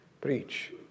preach